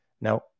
Now